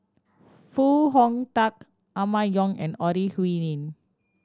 Foo Hong Tatt Emma Yong and Ore Huiying